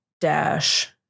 dash